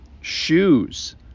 shoes